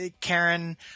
Karen